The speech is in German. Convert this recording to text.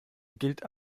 gilt